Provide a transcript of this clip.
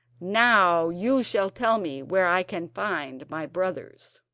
now you shall tell me where i can find my brothers